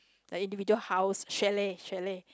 like individual house chalet chalet